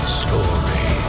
story